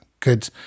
Good